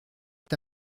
est